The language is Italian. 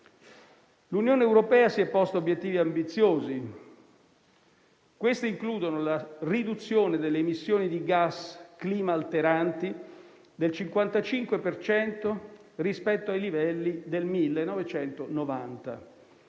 L'Unione europea si è posta obiettivi ambiziosi, che includono la riduzione delle emissioni di gas climalteranti del 55 per cento rispetto ai livelli del 1990